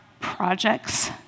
projects